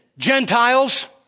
Gentiles